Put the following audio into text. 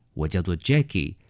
我叫做Jackie